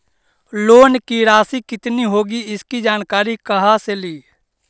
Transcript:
Loan की रासि कितनी होगी इसकी जानकारी कहा से ली?